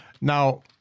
Now